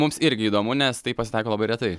mums irgi įdomu nes tai pasitaiko labai retai